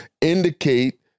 indicate